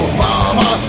mama